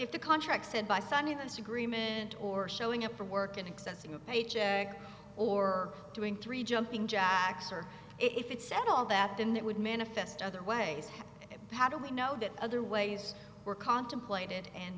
if the contract said by sunday this agreement or showing up for work and accepting a paycheck or doing three jumping jacks or if it's at all that then that would manifest other way and how do we know that other ways were contemplated and